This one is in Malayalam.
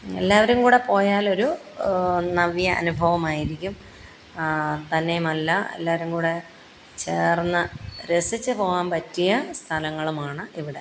എല്ലാവരുങ്കൂടെപ്പോയാലൊരു നവ്യ അനുഭവമായിരിക്കും തന്നേയുമല്ല എല്ലാവരുങ്കൂടെ ചേർന്ന് രസിച്ച് പോകാന് പറ്റിയ സ്ഥലങ്ങളുമാണ് ഇവിടെ